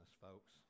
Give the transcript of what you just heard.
folks